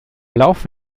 laufe